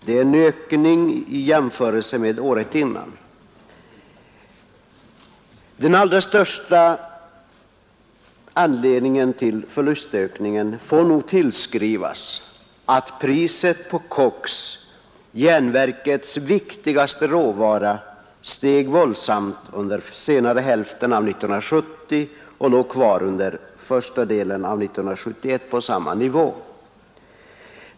Det innebär en ökning i jämförelse med året innan. Den allra största anledningen till förlustökningen får nog tillskrivas att priset på koks — järnverkets viktigaste råvara — steg våldsamt under senare hälften av 1970 och låg kvar på samma nivå under första delen av 1971.